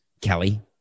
Kelly